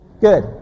Good